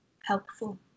helpful